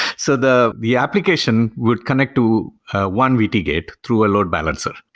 so the the application would connect to one vt gate through a load balancer.